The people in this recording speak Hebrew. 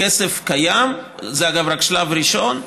הכסף קיים, זה, אגב, רק שלב ראשון,